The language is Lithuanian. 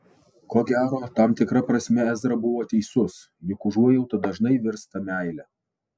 ko gero tam tikra prasme ezra buvo teisus juk užuojauta dažnai virsta meile